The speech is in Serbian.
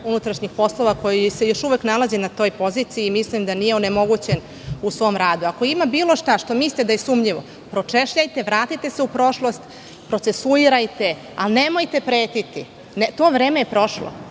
unutrašnjih poslova koji se još uvek nalazi na toj poziciji i mislim da nije onemogućen u svom radu. Ako ima bilo šta što mislite da je sumnjivo, pročeljajte, vratite se u prošlost, procesuirajte, ali nemojte pretiti. To vreme je prošlo.